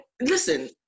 Listen